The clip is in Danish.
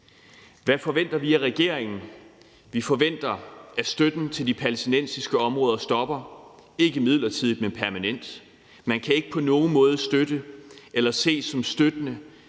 Hvad forventer vi af regeringen? Vi forventer, at støtten til de palæstinensiske områder stopper, ikke midlertidigt, men permanent. Man kan ikke på nogen måde støtte eller ses som støttende